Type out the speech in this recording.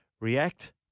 React